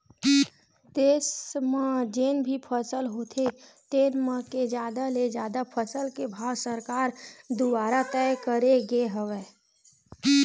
देस म जेन भी फसल होथे तेन म के जादा ले जादा फसल के भाव सरकार दुवारा तय करे गे हवय